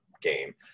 game